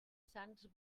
sants